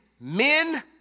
men